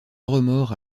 remords